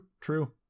True